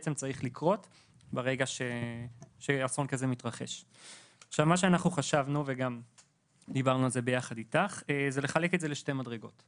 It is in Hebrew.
מה שאנחנו חשבנו זה לחלק את זה לשתי מדרגות.